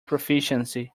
proficiency